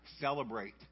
celebrate